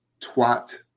Twat